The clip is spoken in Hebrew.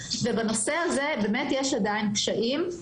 בנושא הזה יש באמת עדיין באמת קשיים.